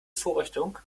vorrichtung